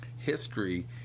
History